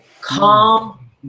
Calm